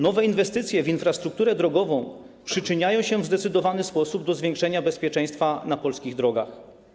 Nowe inwestycje w infrastrukturę drogową przyczyniają się w zdecydowany sposób do zwiększenia bezpieczeństwa na polskich drogach.